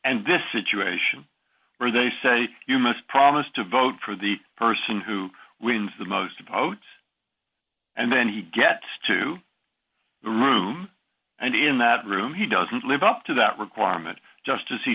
and this situation where they say you must promise to vote for the person who wins the most votes and then he get to the room and in that room he doesn't live up to that requirement just